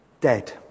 Dead